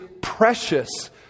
precious